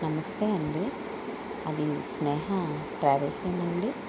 నమస్తే అండి అది స్నేహ ట్రావెల్సేనా అండి